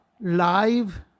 live